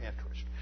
interest